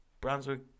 Brunswick